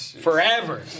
forever